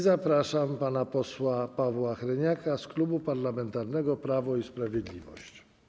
Zapraszam pana posła Pawła Hreniaka z Klubu Parlamentarnego Prawo i Sprawiedliwość.